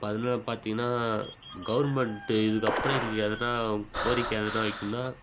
இப்போ அதனால் பார்த்தீங்கன்னா கவர்மெண்ட்டு இதுக்கப்புறம் எங்களுக்கு எதனால் கோரிக்கை எதனால் வைக்கணுன்னால்